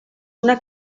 una